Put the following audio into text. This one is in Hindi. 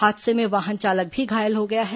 हादसे में वाहन चालक भी घायल हो गया है